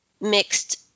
mixed